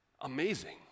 amazing